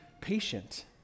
patient